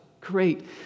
great